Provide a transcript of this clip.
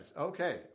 Okay